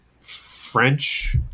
French